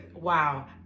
Wow